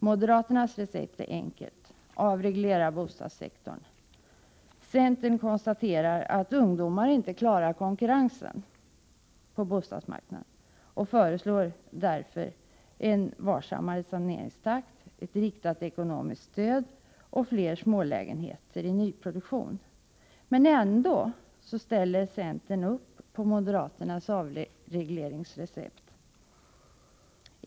Moderaternas recept är enkelt: avreglera bostadssektorn. Centern konstaterar att ungdomar inte klarar konkurrensen på bostadsmarknaden och föreslår därför en varsammare saneringstakt, ett riktat ekonomiskt stöd till bostadskonsumtion och fler smålägenheter i nyproduktion. Men ändå ställer centern upp på moderaternas avregleringsrecept.